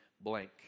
blank